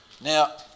Now